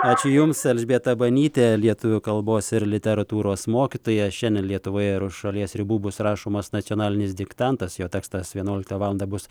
ačiū jums elžbieta banytė lietuvių kalbos ir literatūros mokytoja šiandien lietuvoje ir už šalies ribų bus rašomas nacionalinis diktantas jo tekstas vienuoliktą valandą bus